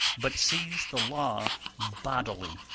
but sees the law bodily,